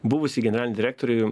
buvusį generalinį direktorių